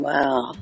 Wow